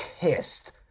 kissed